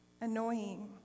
annoying